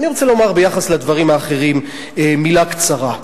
ואני רוצה לומר ביחס לדברים האחרים מלה קצרה.